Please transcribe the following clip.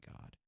god